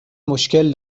مشکل